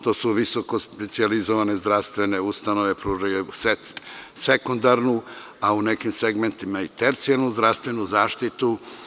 To su visoko-specijalizovane zdravstvene ustanove, pružaju sekundarnu, a u nekim segmentima i tercijalnu zdravstvenu zaštitu.